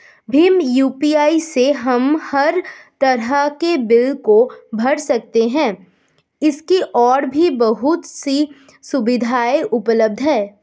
Bhim UPI से हम हर तरह के बिल को भर सकते है, इसकी और भी बहुत सी सुविधाएं उपलब्ध है